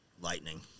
Lightning